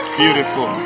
beautiful